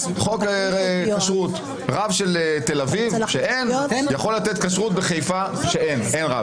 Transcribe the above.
רב של תל-אביב (שאין) יכול לתת בחיפה (שאין).